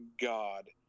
God